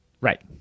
right